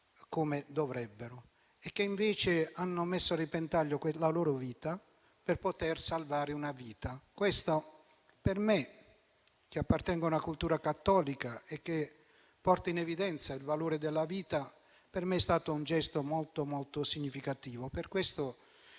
come dovrebbero e che invece hanno messo a repentaglio la loro vita per salvarne un'altra. Questo per me, che appartengo a una cultura cattolica che porta in evidenza il valore della vita, è stato un gesto molto significativo.